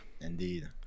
indeed